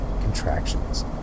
contractions